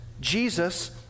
Jesus